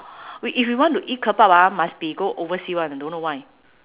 we if we want to eat kebab ah must be go oversea [one] don't know why